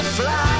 fly